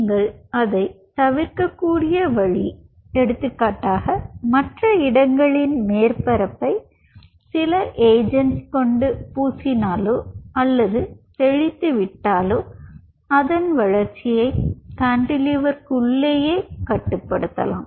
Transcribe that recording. நீங்கள் அதைத் தவிர்க்கக்கூடிய வழி எடுத்துக்காட்டாக மற்ற இடங்களின் மேற்பரப்பை சில ஏஜெண்ட்ஸ் கொண்டு பூசினாலோ அல்லது தெளித்து விட்டாலோ அதன் வளர்ச்சியை கான்டெலீவ்ர்க்குளேயே கட்டுப்படுத்தலாம்